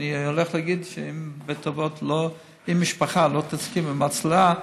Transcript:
שאני הולך להגיד שאם משפחה לא תסכים למצלמה,